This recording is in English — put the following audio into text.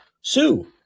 sue